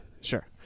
sure